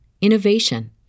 innovation